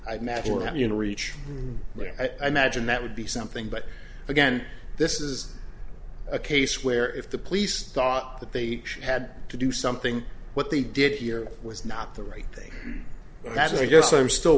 there i magine that would be something but again this is a case where if the police thought that they had to do something what they did here was not the right thing that's i guess i'm still